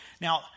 Now